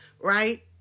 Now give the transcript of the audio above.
Right